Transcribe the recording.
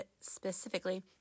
specifically